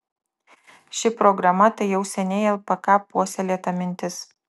ši programa tai jau seniai lpk puoselėta mintis